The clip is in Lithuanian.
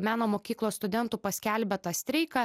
meno mokyklos studentų paskelbė tą streiką